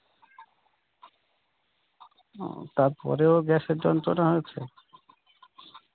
ও তারপরেও গ্যাসের যন্ত্রণা হয়েছে